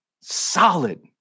Solid